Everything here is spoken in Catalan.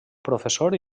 professor